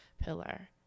pillar